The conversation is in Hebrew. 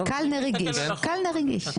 קלנר הגיש.